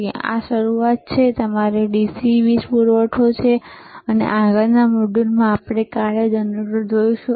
તેથી આ શરૂઆત છે જે તમારો DC વીજ પૂરવઠો છે અને આગળના મોડ્યુલમાં આપણે કાર્ય જનરેટર જોઈશું